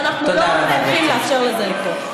ואנחנו לא צריכים לאפשר לזה לקרות.